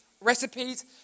Recipes